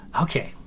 okay